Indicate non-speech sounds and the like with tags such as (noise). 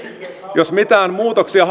jos mitään muutoksia (unintelligible)